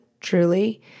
truly